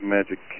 Magic